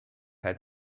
had